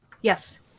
Yes